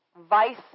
Vice